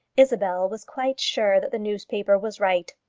isabel was quite sure that the newspaper was right.